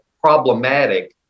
problematic